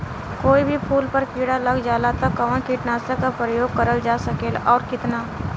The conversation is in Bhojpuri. कोई भी फूल पर कीड़ा लग जाला त कवन कीटनाशक क प्रयोग करल जा सकेला और कितना?